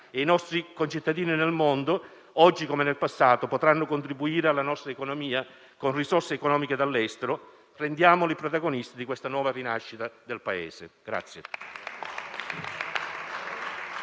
I nostri concittadini nel mondo, oggi come nel passato, potranno contribuire alla nostra economia con risorse economiche dall'estero: rendiamoli protagonisti di questa nuova rinascita del Paese.